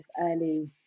early